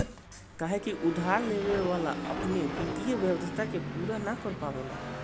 काहे से की उधार लेवे वाला अपना वित्तीय वाध्यता के पूरा ना कर पावेला